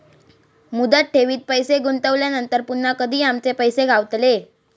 मुदत ठेवीत पैसे गुंतवल्यानंतर पुन्हा कधी आमचे पैसे गावतले?